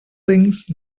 thinks